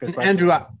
Andrew